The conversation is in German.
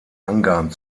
angaben